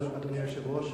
תודה, אדוני היושב ראש.